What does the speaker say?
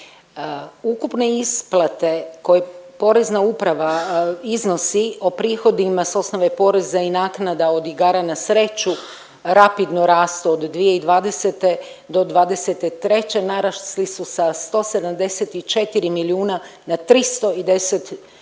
ukupne isplate koje Porezna uprava iznosi o prihodima s osnove poreza i naknada od igara na sreću rapidno rastu od 2020. do '23. narasli su sa 174 milijuna na 310 milijuna